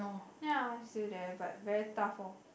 ya it's still there but very tough oh